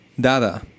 Dada